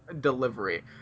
delivery